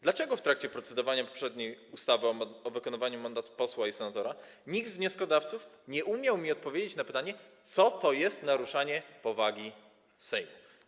Dlaczego w trakcie procedowania poprzedniej ustawy o wykonywaniu mandatu posła i senatora nikt z wnioskodawców nie umiał mi odpowiedzieć na pytanie, co to jest naruszanie powagi Sejmu?